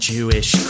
Jewish